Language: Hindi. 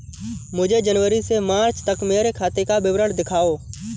मुझे जनवरी से मार्च तक मेरे खाते का विवरण दिखाओ?